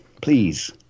please